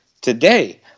today